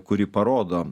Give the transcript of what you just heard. kuri parodo